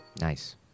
Nice